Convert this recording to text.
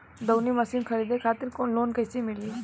दऊनी मशीन खरीदे खातिर लोन कइसे मिली?